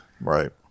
Right